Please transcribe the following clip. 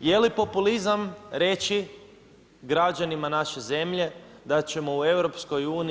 Jeli populizam reći građanima naše zemlje da ćemo u EU